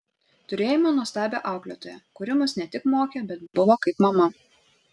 turėjome nuostabią auklėtoją kuri mus ne tik mokė bet buvo kaip mama